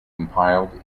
compiled